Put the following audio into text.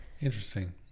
Interesting